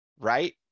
right